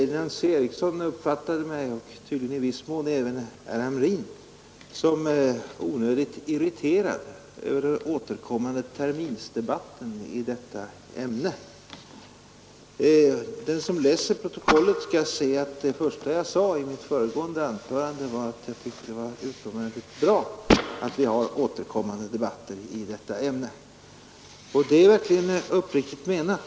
Fru Nancy Eriksson — och tydligen i viss mån även herr Hamrin — uppfattade mig som onödigt irriterad över den återkommande terminsdebatten i detta ämne. Den som läser protokollet skall se att det första jag sade i mitt föregående anförande var att jag tyckte det var utomordentligt bra att vi har återkommande debatter i detta ämne. Det är verkligen uppriktigt menat.